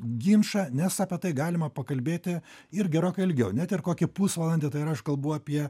ginčą nes apie tai galima pakalbėti ir gerokai ilgiau net ir kokį pusvalandį tai ir aš kalbu apie